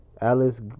Alice